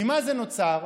ממה זה נוצר?